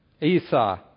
Esau